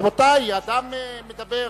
רבותי, אדם מדבר.